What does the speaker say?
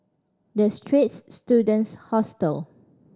The Straits Students Hostel